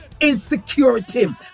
insecurity